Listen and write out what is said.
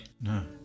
No